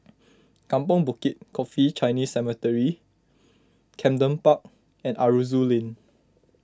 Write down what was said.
Kampong Bukit Coffee Chinese Cemetery Camden Park and Aroozoo Lane